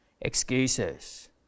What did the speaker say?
excuses